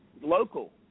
local